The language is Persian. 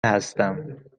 هستم